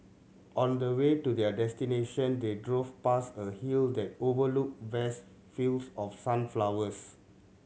on the way to their destination they drove past a hill that overlooked vast fields of sunflowers